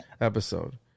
episode